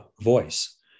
voice